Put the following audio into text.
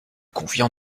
convient